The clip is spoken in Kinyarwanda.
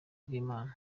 bw’imana